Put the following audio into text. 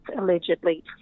allegedly